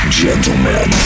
gentlemen